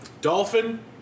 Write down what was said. Dolphin